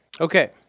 Okay